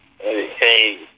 hey